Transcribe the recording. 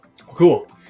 Cool